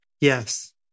Yes